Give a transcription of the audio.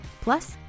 Plus